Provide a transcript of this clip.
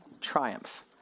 triumph